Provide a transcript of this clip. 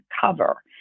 cover